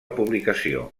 publicació